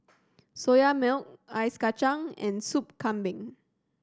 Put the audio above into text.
Soya Milk Ice Kachang and Sop Kambing